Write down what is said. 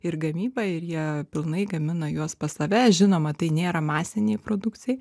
ir gamyba ir jie pilnai gamina juos pas save žinoma tai nėra masinei produkcijai